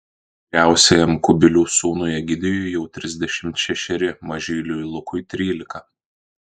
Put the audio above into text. vyriausiajam kubilių sūnui egidijui jau trisdešimt šešeri mažyliui lukui trylika